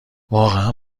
واقعا